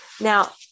Now